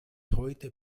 heute